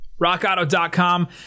rockauto.com